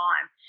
time